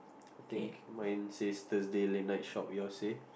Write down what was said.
I think mine says Thursday late night shop yours say